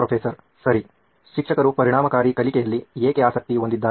professor ಸರಿ ಶಿಕ್ಷಕರು ಪರಿಣಾಮಕಾರಿ ಕಲಿಕೆಯಲ್ಲಿ ಏಕೆ ಆಸಕ್ತಿ ಹೊಂದಿದ್ದಾರೆ